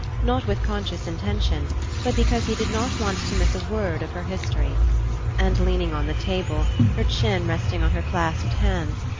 not with conscious intention but because he did not want to miss a word of her history and leaning on the table, her chin resting on her clasped hands,